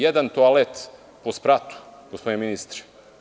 Jedan toalet po spratu, gospodine ministre.